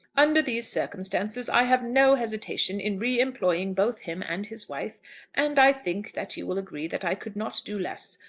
under these circumstances, i have no hesitation in re-employing both him and his wife and i think that you will agree that i could not do less.